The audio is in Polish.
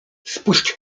spuść